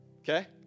Okay